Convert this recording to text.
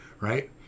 Right